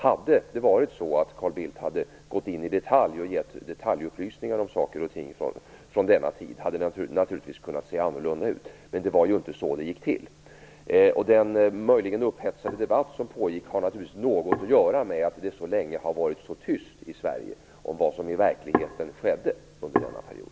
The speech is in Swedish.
Hade det varit så att Carl Bildt hade gett detaljupplysningar om saker och ting från denna tid hade det naturligtvis kunnat vara annorlunda. Men det var inte så det gick till. Den debatt som möjligen var upphetsad och som pågick har naturligtvis något att göra med att det så länge har varit så tyst i Sverige om vad som i verkligheten skedde under denna period.